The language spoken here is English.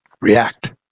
react